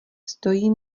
stojí